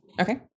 Okay